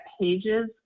pages